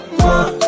more